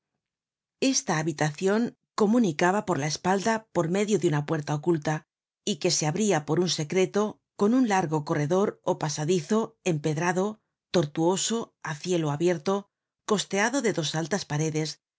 esta habitacion comunicaba por la espalda por medio de una puerta oculta y que se abria por un secreto con un largo corredor ó pasadizo empedrado tortuoso á cielo abierto costeado de dos altas paredes